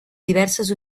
diverses